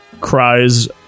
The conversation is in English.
cries